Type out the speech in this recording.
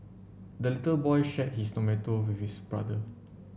the little boy shared his tomato with his brother